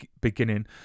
beginning